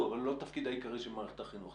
אבל לא התפקיד העיקרי של מערכת החינוך.